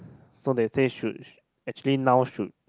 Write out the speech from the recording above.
so they said should actually now should